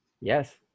Yes